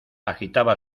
agitaba